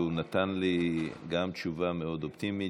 וגם הוא נתן לי תשובה מאוד אופטימית